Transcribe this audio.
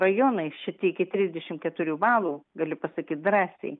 rajonai šiti iki trisdešim keturių balų galiu pasakyti drąsiai